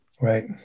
Right